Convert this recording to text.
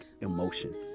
emotion